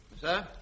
Sir